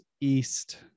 east